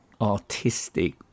artistic